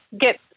get